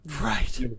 Right